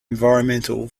environmental